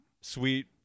sweet